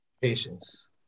Patience